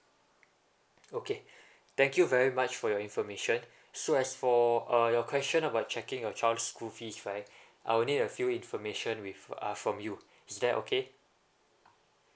okay thank you very much for your information so as for uh your question about checking your child's school fees right I will need a few information with uh from you is that okay